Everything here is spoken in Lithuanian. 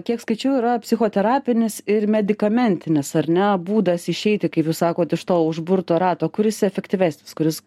kiek skaičiau yra psichoterapinis ir medikamentinis ar ne būdas išeiti sakot iš to užburto rato kuris efektyvesnis kuris